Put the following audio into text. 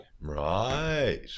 Right